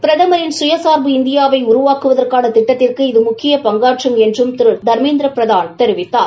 பிரமரின் சுயசார்பு இந்தியா வை உருவாக்குவதற்கான திட்டத்திற்கு இது முக்கிய பங்காற்றும் என்று திரு தர்மேந்திரபிரதான் தெரிவித்தார்